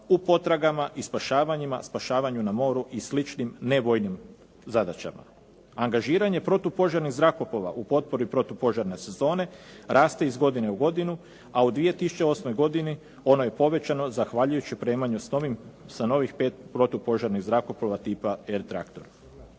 u potragama i spašavanjima, spašavanju na moru i sličnim nevojnim zadaćama. Angažiranje protupožarnih zrakoplova u potpori protupožarne sezone, raste iz godine u godinu, a u 2008. godini ono je povećano zahvaljujući opremanju s novih 5 protupožarnih zrakoplova tipa Air traktor.